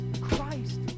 Christ